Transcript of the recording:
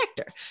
actor